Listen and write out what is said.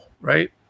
right